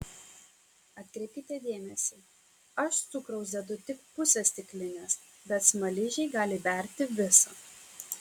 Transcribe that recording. atkreipkite dėmesį aš cukraus dedu tik pusę stiklinės bet smaližiai gali berti visą